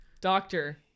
doctor